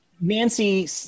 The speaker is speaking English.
Nancy